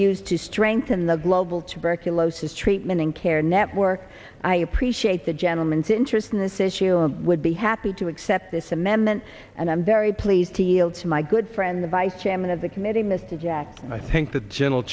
used to strengthen the global tuberculosis treatment and care network i appreciate the gentleman's interest in this issue and would be happy to accept this amendment and i'm very pleased to yield to my good friend the vice chairman of the committee mr jack i thank the general